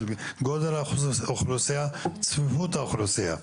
גודל האוכלוסייה וצפיפות האוכלוסייה.